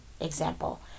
Example